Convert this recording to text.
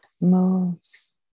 moves